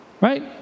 Right